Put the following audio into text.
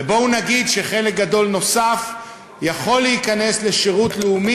ובואו נגיד שחלק גדול נוסף יכול להיכנס לשירות לאומי,